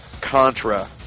Contra